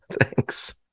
thanks